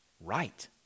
right